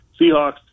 Seahawks